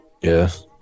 yes